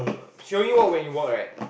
she only work when you work right